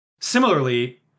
Similarly